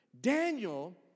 Daniel